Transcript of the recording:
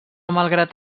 malgrat